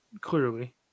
clearly